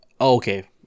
okay